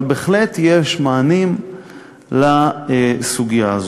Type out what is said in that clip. אבל בהחלט יש מענים בסוגיה הזאת.